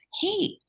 hey